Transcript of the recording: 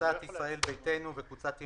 למה אין חוברת הסתייגויות?